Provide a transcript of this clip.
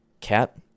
Cat